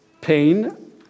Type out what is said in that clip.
pain